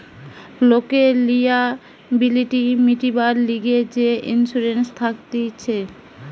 লোকের লিয়াবিলিটি মিটিবার লিগে যে ইন্সুরেন্স থাকতিছে